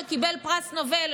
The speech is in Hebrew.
שקיבל פרס נובל,